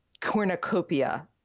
cornucopia